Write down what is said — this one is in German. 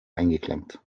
eingeklemmt